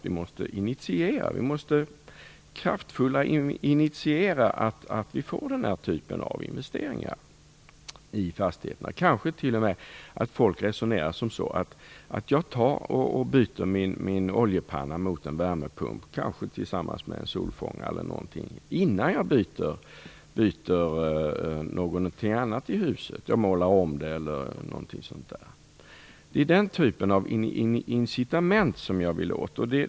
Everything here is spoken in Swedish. Vi måste initiera, och göra det kraftfullt, den här typen av investeringar i fastigheterna. Kanske börjar folk resonera så här: Jag byter min oljepanna mot en värmepump eller en solfångare innan jag byter något annat i huset, målar om det osv. Det är den typen av incitament som jag efterlyser.